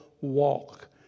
walk